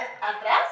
atrás